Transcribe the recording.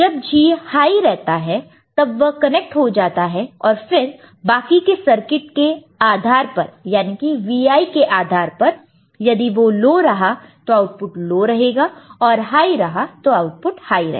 जब G high रहता है तब वह कनेक्ट हो जाता है और फिर बाकी के सर्किट के आधार पर याने की Vi के आधार पर यदि वह लो रहा तो आउटपुट लो रहेगा और हाई रहा तो आउटपुट हाई रहेगा